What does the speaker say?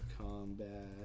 combat